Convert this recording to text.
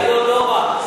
אבל זה רעיון לא רע.